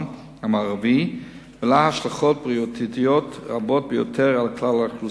המערבי ולה השלכות בריאותיות רבות ביותר על כלל האוכלוסייה.